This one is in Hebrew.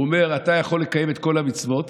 הוא אומר: אתה יכול לקיים את כל המצוות.